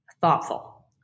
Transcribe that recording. thoughtful